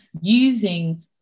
using